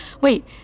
Wait